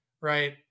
right